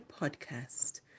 Podcast